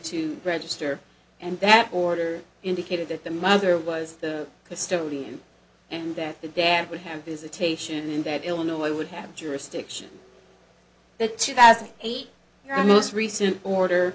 to register and that order indicated that the mother was the custodian and then the dad would have visitation in that illinois would have jurisdiction the two thousand and eight your most recent order